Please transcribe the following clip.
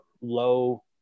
low